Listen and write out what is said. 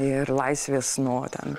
ir laisvės nuo ten